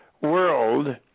World